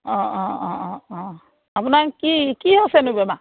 অঁ অঁ অঁ অঁ অঁ আপোনাৰ কি কি হৈছেনো বেমাৰ